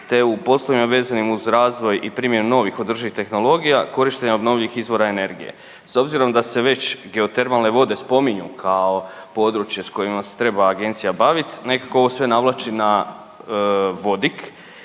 te u poslovima vezanim uz razvoj i primjenu novih održivih tehnologija, korištenja obnovljivih izvora energije. S obzirom da se već geotermalne vode spominju kao područje s kojima se treba Agencija baviti, nekako sve ovo navlači na vodik